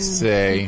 say